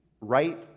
Right